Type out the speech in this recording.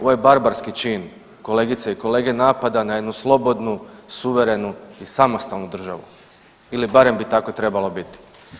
Ovo je barbarski čin, kolegice i kolege, napada na jednu slobodnu, suverenu i samostalnu državu ili barem bi tako trebali biti.